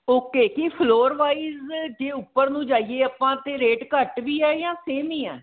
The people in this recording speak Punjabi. ਓਕੇ ਕੀ ਫਲੋਰ ਵਾਈਜ਼ ਜੇ ਉੱਪਰ ਨੂੰ ਜਾਈਏ ਆਪਾਂ ਤਾਂ ਰੇਟ ਘੱਟ ਵੀ ਹੈ ਜ਼ਾਂ ਸੇਮ ਹੀ ਆ